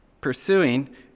pursuing